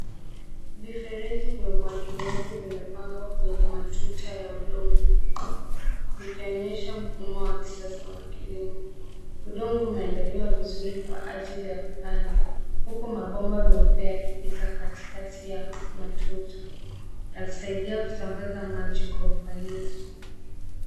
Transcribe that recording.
Vifereji vya umwagiliaji vimepangwa kwenye matuta ya udongo vikionyesha mfumo wa kisasa wa kilimo. Udongo umeandaliwa vizuri kwa ajili ya kupanda huku mabomba meupe yakipita katikati ya matuta ya kusaidia kusambaza maji kwa ufanisi.